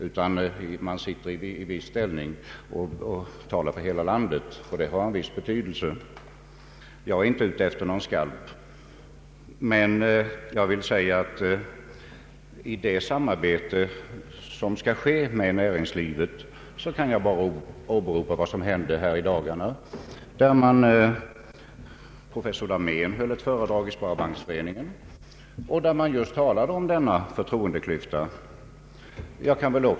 De innehar en ställning och talar för hela landet, vilket har en viss betydelse. Jag är inte ute efter någon skalp, men när det gäller samarbetet med näringslivet vill jag åberopa vad som hände häromdagen i Sparfrämjandet där professor Dahmén höll ett föredrag och talade just om denna förtroendeklyfta.